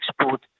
export